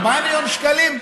4 מיליון שקלים?